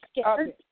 scared